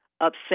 upset